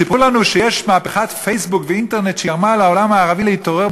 סיפרו לנו שיש מהפכת פייסבוק ואינטרנט שגרמה לעולם הערבי להתעורר,